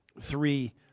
three